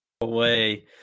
away